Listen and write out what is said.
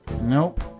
Nope